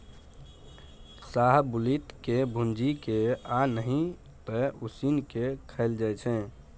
शाहबलुत के भूजि केँ आ नहि तए उसीन के खाएल जाइ छै